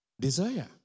desire